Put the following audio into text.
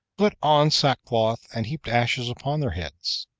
put on sackcloth, and heaped ashes upon their heads,